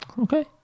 Okay